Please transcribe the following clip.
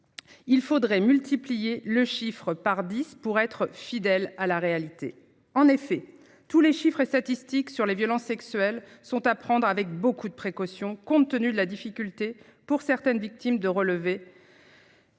Il faudrait multiplier le chiffre par 10. Pour être fidèle à la réalité. En effet, tous les chiffres et statistiques sur les violences sexuelles sont à prendre avec beaucoup de précaution, compte tenu de la difficulté pour certaines victimes de relever.